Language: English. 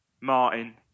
Martin